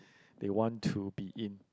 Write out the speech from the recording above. they want to be in